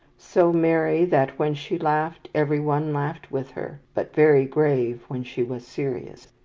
so merry that when she laughed, every one laughed with her, but very grave when she was serious.